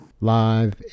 Live